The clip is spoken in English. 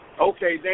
okay